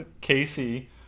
casey